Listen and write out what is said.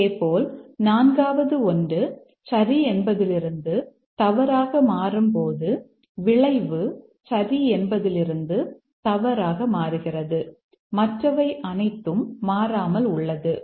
இதேபோல் நான்காவது ஒன்று சரி என்பதிலிருந்து தவறாக மாறும்போது விளைவு சரி என்பதிலிருந்து தவறாக மாறுகிறது மற்றவை அனைத்தும் மாறாமல் உள்ளது